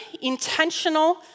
intentional